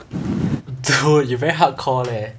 dude you very hardcore leh